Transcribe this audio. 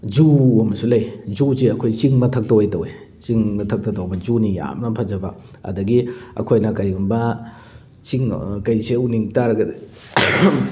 zoo ꯑꯃꯁꯨ ꯂꯩ ꯖꯨꯁꯦ ꯑꯩꯈꯣꯏ ꯆꯤꯡ ꯃꯊꯛꯇ ꯑꯣꯏꯅ ꯇꯧꯋꯦ ꯆꯤꯡ ꯃꯊꯛꯇ ꯇꯧꯕ ꯖꯨꯅꯤ ꯌꯥꯝꯅ ꯐꯖꯕ ꯑꯗꯒꯤ ꯑꯩꯈꯣꯏꯅ ꯀꯔꯤꯒꯨꯝꯕ ꯆꯤꯡ ꯀꯩꯁꯦ ꯎꯅꯤꯡꯕ ꯇꯥꯔꯒꯗꯤ